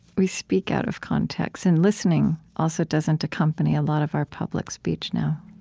we speak out of context, and listening also doesn't accompany a lot of our public speech now